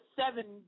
seven